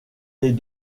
les